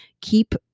keep